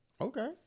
Okay